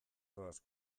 doaz